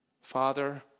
Father